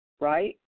right